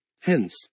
Hence